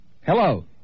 Hello